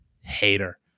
hater